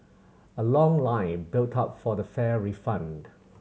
a long line built up for the fare refund